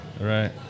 Right